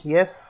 Yes